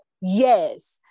yes